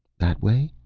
that way?